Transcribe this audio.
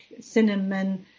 cinnamon